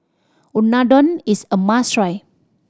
unadon is a must try